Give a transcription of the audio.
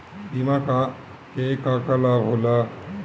बिमा के का का लाभ होला?